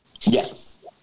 Yes